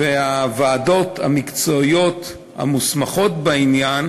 הוועדות המקצועיות המוסמכות בעניין